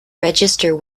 register